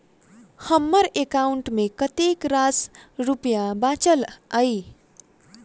हम्मर एकाउंट मे कतेक रास रुपया बाचल अई?